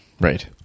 Right